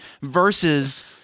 Versus